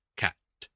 cat